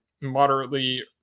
moderately